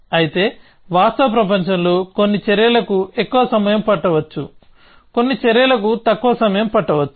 అయితే వాస్తవ ప్రపంచంలో కొన్ని చర్యలకు ఎక్కువ సమయం పట్టవచ్చు కొన్ని చర్యలకు తక్కువ సమయం పట్టవచ్చు